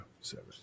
seven